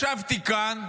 ישבתי כאן,